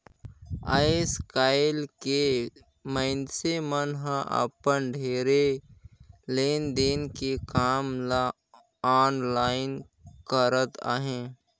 आएस काएल के मइनसे मन हर अपन ढेरे लेन देन के काम ल आनलाईन करत अहें